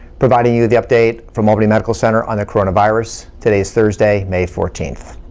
providing you the update from albany medical center on the coronavirus. today is thursday, may fourteenth.